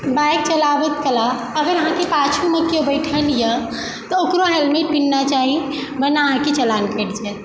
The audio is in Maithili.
बाइक चलाबैत काल अगर अहाँके पाछूमे केओ बैठल यऽ तऽ ओकरो हेलमेट पहिरना चाही वरना अहाँकेँ चलान कटि जायत